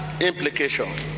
implication